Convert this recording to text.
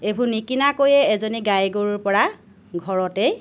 এইবোৰ নিকিনাকৈয়ে এজনী গাই গৰুৰ পৰা ঘৰতেই